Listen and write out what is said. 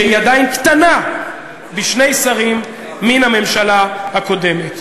שהיא עדיין קטנה בשני שרים מן הממשלה הקודמת.